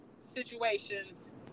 situations